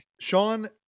Sean